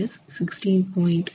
270 16